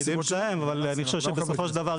אבל אני חושב שבסופו של דבר,